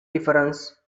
difference